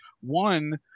one